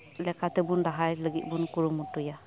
ᱞᱮᱠᱟᱛᱮᱵᱩᱱ ᱞᱟᱦᱟᱭ ᱞᱟᱹᱜᱤᱫᱵᱩᱱ ᱠᱩᱨᱩ ᱢᱩᱴᱩᱭᱟ